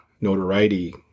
notoriety